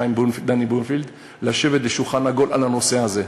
דני בונפיל לשבת בשולחן עגול על הנושא הזה,